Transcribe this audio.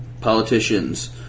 politicians